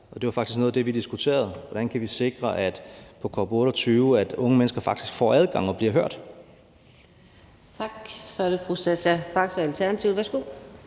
det var faktisk noget af det, vi diskuterede: Hvordan kan vi på COP 28 sikre, at unge mennesker faktisk får adgang og bliver hørt?